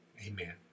amen